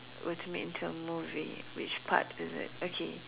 were to made into a movie which part is it okay